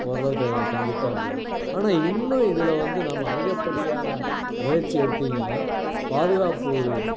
ஓரளவு த தங்கிட்டுதான் போது ஆனால் இன்னும் இதில் வந்து நாம அதிகப்படியான முயற்சி எடுத்திங்கன்னா பாதுகாப்பு